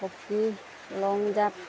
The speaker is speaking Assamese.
হকী লং জাঁপ